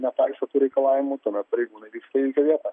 nepaiso reikalavimų tuomet pareigūnai vyksta į įvykio vietą